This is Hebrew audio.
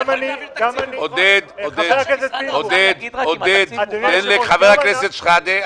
עודד, עודד, תן לחבר הכנסת שחאדה.